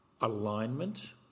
alignment